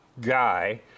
guy